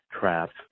traps